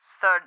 third